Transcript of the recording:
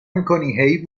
میکنی